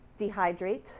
dehydrate